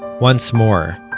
once more,